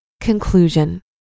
Conclusion